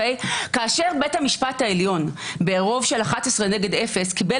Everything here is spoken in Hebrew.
כאשר בית המשפט העליון ברוב של 11 נגד אפס קיבל